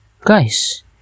guys